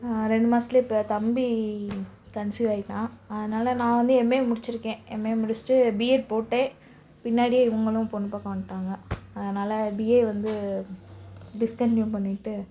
ரெண்டு மாதத்துலையே இப்போ தம்பி கன்சீவ் ஆகிட்டான் அதனால் நான் வந்து எம்ஏ முடிச்சுருக்கேன் எம்ஏ முடிச்சுட்டு பிஎட் போட்டேன் பின்னாடியே இவங்களும் பொண்ணு பார்க்க வந்துட்டாங்க அதனால் பிஏ வந்து டிஸ்கன்டினியூ பண்ணிவிட்டு